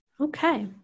Okay